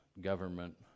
government